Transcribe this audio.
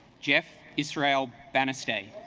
jeff israel vanity